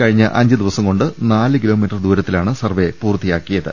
കഴിഞ്ഞ അഞ്ചുദിവസം കൊണ്ട് നാല് കിലോമീറ്റർ ദൂരത്തിലാണ് സർവ്വേ പൂർത്തിയായത്